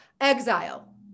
exile